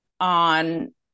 on